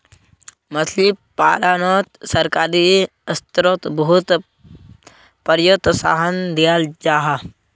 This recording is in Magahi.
मछली पालानोत सरकारी स्त्रोत बहुत प्रोत्साहन दियाल जाहा